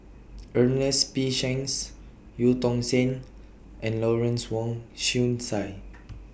Ernest P Shanks EU Tong Sen and Lawrence Wong Shyun Tsai